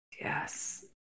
yes